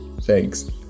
thanks